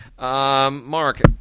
Mark